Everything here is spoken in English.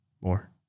More